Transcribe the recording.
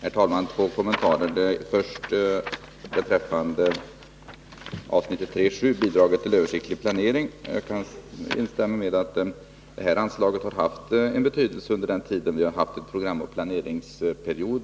Herr talman! Jag vill göra två kommentarer. Först beträffande avsnittet 3.7 Bidrag för översiktlig planering: Jag kan instämma i att detta anslag har haft betydelse under den tid då kommunerna haft en programoch planeringsperiod.